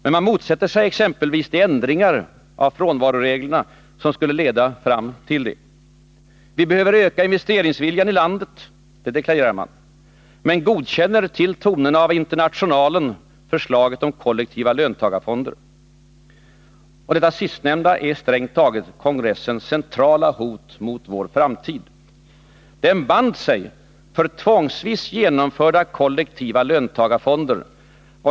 Men man motsätter sig exempelvis de ändringar av frånvaroreglerna som skulle leda till detta. Vi behöver öka investeringsviljan i landet — det deklarerar man. Men man godkänner till tonerna av Internationalen förslaget om kollektiva löntagarfonder. Detta sistnämnda är strängt taget kongressens centrala hot mot vår framtid. Den band sig för tvångsvis genomförda kollektiva löntagarfonder.